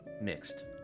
mixed